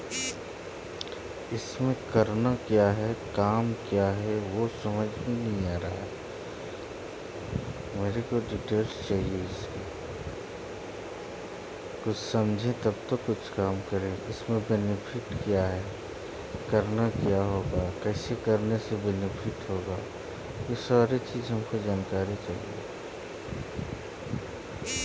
गजा के खेती के लेल कम से कम पैंसठ मिली मीटर के औसत मासिक मेघ जरूरी हई